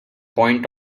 point